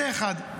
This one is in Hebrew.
זה אחת.